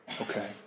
Okay